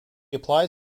applied